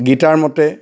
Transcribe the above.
গীতাৰ মতে